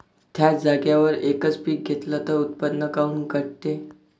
थ्याच जागेवर यकच पीक घेतलं त उत्पन्न काऊन घटते?